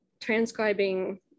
transcribing